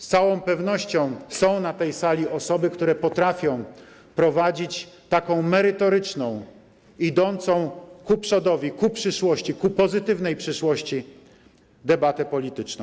Z całą pewnością są na tej sali osoby, które potrafią prowadzić taką merytoryczną, idącą ku przodowi, ku przyszłości, ku pozytywnej przyszłości, debatę polityczną.